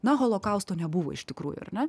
na holokausto nebuvo iš tikrųjų ar ne